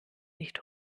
nicht